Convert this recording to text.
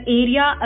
area